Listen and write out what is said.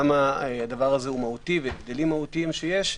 למה הדבר הזה הוא מהותי ומה ההבדלים המהותיים שיש.